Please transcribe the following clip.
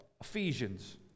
Ephesians